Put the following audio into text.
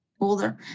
older